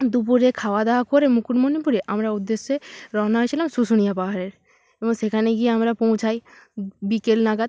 দুপুরে খাওয়া দাওয়া করে মুকুটমণিপুরে আমরা উদ্দেশ্যে রওনা হয়েছিলাম শুশুনিয়া পাহাড়ে এবং সেখানে গিয়ে আমরা পৌঁছাই বিকেল নাগাদ